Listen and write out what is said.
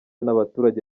n’abaturage